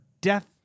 death